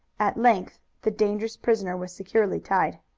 at length the dangerous prisoner was securely tied.